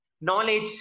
knowledge